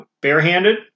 barehanded